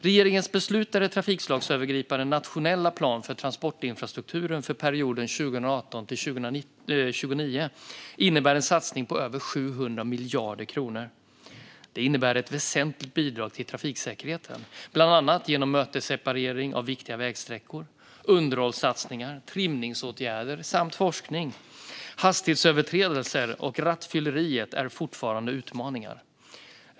Regeringens beslutade trafikslagsövergripande nationella plan för transportinfrastrukturen för perioden 2018-2029 innebär en satsning på över 700 miljarder kronor. Det innebär ett väsentligt bidrag till trafiksäkerheten, bland annat genom mötesseparering av viktiga vägsträckor, underhållsatsningar, trimningsåtgärder och forskning. Hastighetsöverträdelser och rattfylleri är fortfarande utmaningar.